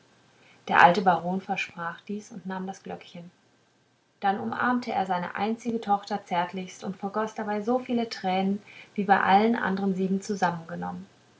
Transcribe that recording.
der alte baron versprach dies und nahm das glöckchen dann umarmte er seine einzige tochter zärtlichst und vergoß dabei so viel tränen wie bei allen andern sieben zusammengenommen